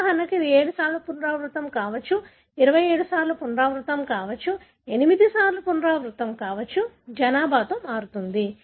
ఉదాహరణకు ఇది 7 సార్లు పునరావృతం కావచ్చు 27 సార్లు పునరావృతం కావచ్చు 8 సార్లు పునరావృతం కావచ్చు జనాభాలో మారుతుంది